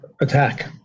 attack